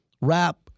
rap